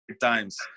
times